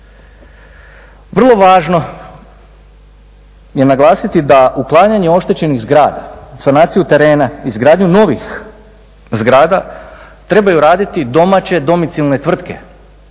Vrlo važno je naglasiti da uklanjanje oštećenih zgrada, sanaciju terena, izgradnju novih zgrada trebaju raditi domaće domicilne tvrtke,